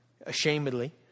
ashamedly